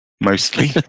mostly